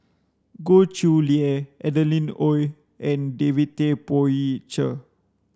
Goh Chiew Lye Adeline Ooi and David Tay Poey Cher